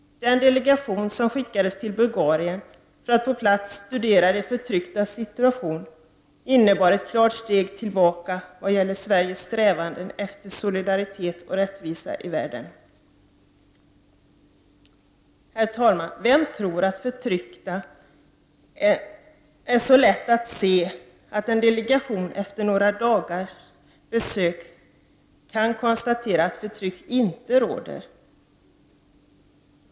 Den delegation som skickades till Bulgarien för att på plats studera de förtrycktas situation innebar ett klart steg tillbaka vad gäller Sveriges strävanden efter solidaritet och rättvisa i världen. Herr talman! Vem tror att förtryck är så lätt att se att en delegation efter några dagars besök kan konstatera att förtryck inte råder?